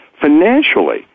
financially